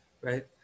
right